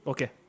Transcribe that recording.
Okay